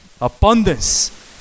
abundance